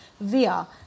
via